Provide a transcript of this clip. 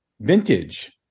vintage